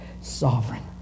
sovereign